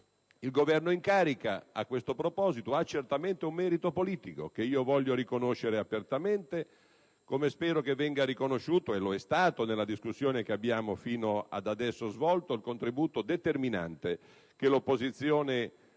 Il Governo in carica a questo proposito ha certamente un merito politico che voglio riconoscere apertamente, come spero venga riconosciuto - e lo è stato nella discussione che abbiamo svolto finora - il contributo determinante che l'opposizione